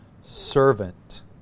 servant